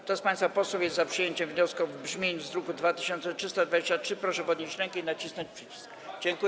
Kto z państwa posłów jest za przyjęciem wniosku w brzmieniu z druku nr 2323, proszę podnieść rękę i nacisnąć przycisk.